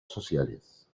sociales